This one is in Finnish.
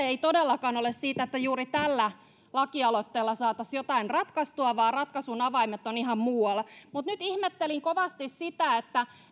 ei todellakaan ole siitä että juuri tällä lakialoitteella saataisiin jotain ratkaistua vaan ratkaisun avaimet ovat ihan muualla mutta nyt ihmettelin kovasti sitä